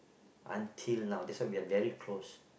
until now that's why we are very close